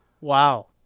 Wow